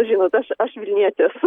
žinot aš aš vilnietė esu